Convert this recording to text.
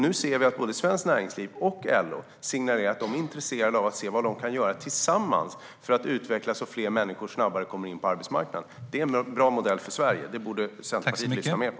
Nu ser vi att både Svenskt Näringsliv och LO signalerar att de är intresserade av att se vad de kan göra tillsammans för att fler människor snabbare ska komma in på arbetsmarknaden. Det är en bra modell för Sverige - det borde Centerpartiet lyssna mer på.